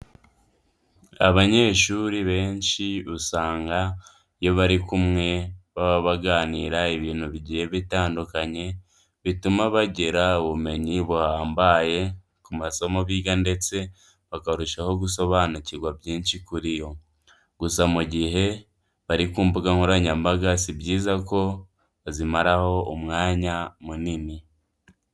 Abanyeshuri benshi usanga iyo bari kumwe baba baganira ibintu bigiye bitandukanye bituma bagira ubumenyi buhambaye ku masomo biga ndetse bakarushaho gusobanukirwa byinshi kuri yo. Gusa mu gihe bari ku mbuga nkoranyambaga, si byiza ko bazimaraho umwanya munini.